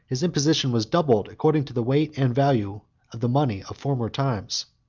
his imposition was doubled, according to the weight and value of the money of former times.